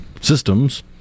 systems